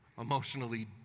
emotionally